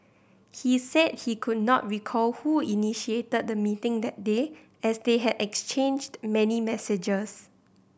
he said he could not recall who initiated the meeting that day as they had exchanged many messages